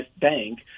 bank